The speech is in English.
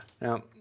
Now